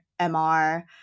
MR